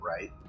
right